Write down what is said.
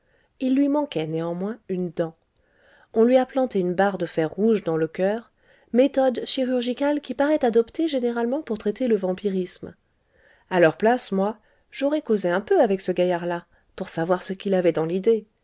il lui manquait néanmoins une dent on lui a planté une barre de fer rouge dans le coeur méthode chirurgicale qui parait adoptée généralement pour traiter le vampirisme a leur place moi j'aurais causé un peu avec ce gaillard-là pour savoir ce qu'il avait dans l'idée